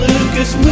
Lucas